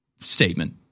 statement